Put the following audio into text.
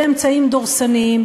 באמצעים דורסניים,